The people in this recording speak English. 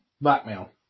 Blackmail